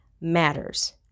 matters